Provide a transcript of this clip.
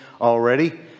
already